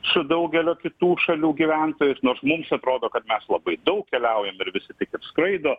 su daugelio kitų šalių gyventojais nors mums atrodo kad labai daug keliaujam ir visi tik ir skraido